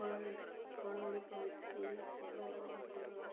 ଫଳ ଫଳଗୁଡ଼ିକ ହେଉଛି ସେଓ ଅଙ୍ଗୁର